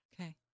Okay